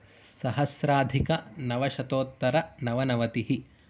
सहस्राधिकनवशतोत्तरनवनवतिः